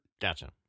Gotcha